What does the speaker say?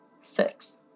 Six